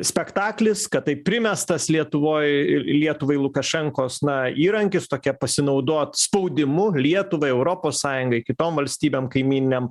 spektaklis kad tai primestas lietuvoj lietuvai lukašenkos na įrankis tokia pasinaudot spaudimu lietuvai europos sąjungai kitom valstybėm kaimynėm